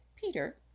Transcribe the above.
Peter